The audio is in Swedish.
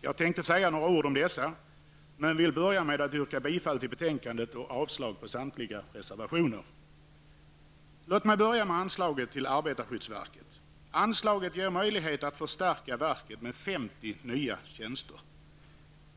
Jag tänkte säga några ord om dessa, men vill börja med att yrka bifall till hemställan i utskottets betänkande och avslag på samtliga reservationer. Låt mig börja med anslaget till arbetarskyddsverket. Anslaget ger möjlighet till att förstärka verket med 50 nya tjänster.